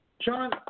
Sean